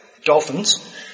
dolphins